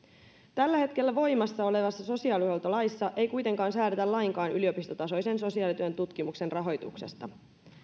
tällä hetkellä voimassa olevassa sosiaalihuoltolaissa ei kuitenkaan säädetä lainkaan yliopistotasoisen sosiaalityön tutkimuksen rahoituksesta